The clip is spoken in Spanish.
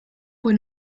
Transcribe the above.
fue